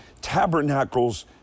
Tabernacle's